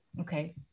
Okay